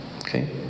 Okay